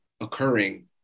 occurring